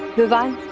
vivaan,